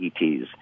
ETs